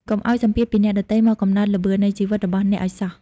កុំឱ្យសម្ពាធពីអ្នកដទៃមកកំណត់ "ល្បឿននៃជីវិត" របស់អ្នកឱ្យសោះ។